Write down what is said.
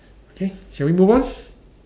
okay shall we move on